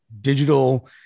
digital